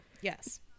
Yes